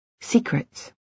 Secrets